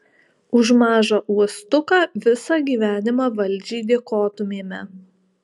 už mažą uostuką visą gyvenimą valdžiai dėkotumėme